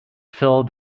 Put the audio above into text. filled